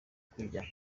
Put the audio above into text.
kujya